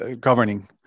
governing